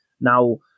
Now